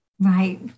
Right